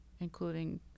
including